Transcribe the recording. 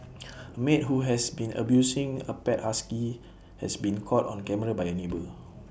A maid who has been abusing A pet husky has been caught on camera by A neighbour